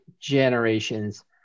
generations